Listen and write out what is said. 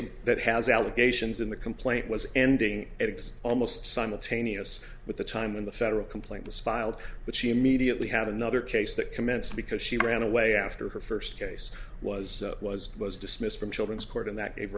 of that has allegations in the complaint was ending eggs almost simultaneous with the time when the federal complaint was filed but she immediately had another case that commenced because she ran away after her first case was was was dismissed from children's court and that